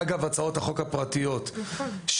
אגב הצעות החוק הפרטיות שקודמו,